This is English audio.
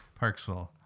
Parksville